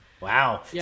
Wow